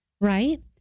right